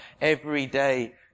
everyday